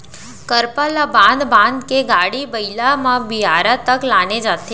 करपा ल बांध बांध के गाड़ी बइला म बियारा तक लाने जाथे